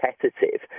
competitive